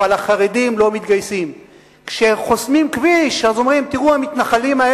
לחרדים, לפעמים זה נכון למתנחלים,